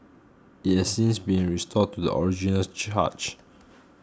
it has since been restored to the original charge